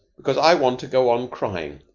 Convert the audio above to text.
because i want to go on crying,